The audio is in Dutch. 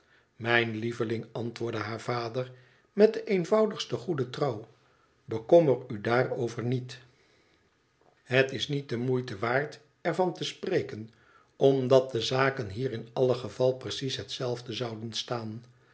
mijne lieveling antwoordde haar vader met de eenvoudigste goede trouw bekommer u daarover niet het is niet de moeite waard er van te spreken omdat de zaken hier in alle geval precies hetzelfde zouden staan